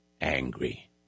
angry